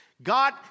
God